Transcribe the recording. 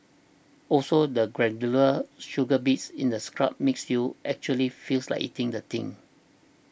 also the granular sugar bits in the scrub makes you actually feels like eating the thing